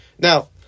Now